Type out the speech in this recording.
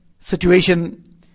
situation